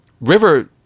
River